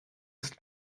ist